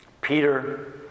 Peter